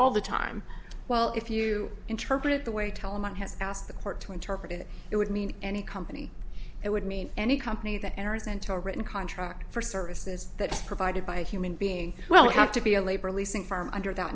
all the time well if you interpret it the way telamon has asked the court to interpret it it would mean any company it would mean any company that enters into a written contract for services that is provided by a human being well we have to be a labor leasing firm under